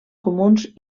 comuns